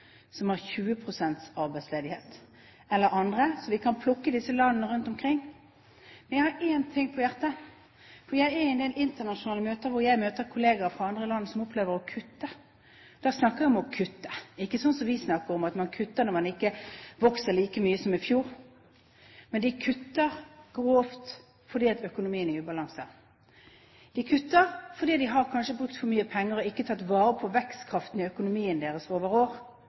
som har 20 pst. arbeidsledighet, eller andre slike. Vi kan plukke disse landene rundt omkring. Jeg har én ting på hjertet: Jeg er på en del internasjonale møter der jeg møter kolleger fra andre land som opplever å kutte. Da snakker vi om å kutte – ikke sånn som vi snakker om, at man kutter når man ikke vokser like mye som i fjor. Men de kutter – grovt – fordi økonomien er i ubalanse. De kutter fordi de kanskje har brukt for mye penger og ikke har tatt vare på vekstkraften i økonomien sin over år.